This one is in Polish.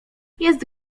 jest